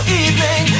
evening